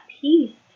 peace